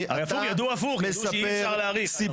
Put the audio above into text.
ידעו הפוך, ידעו שאי אפשר להאריך.